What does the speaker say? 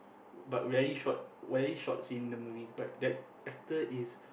but very short very short scene in the movie but that actor is